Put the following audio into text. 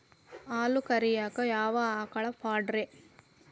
ಹಾಲು ಕರಿಯಾಕ ಯಾವ ಆಕಳ ಪಾಡ್ರೇ?